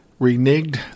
reneged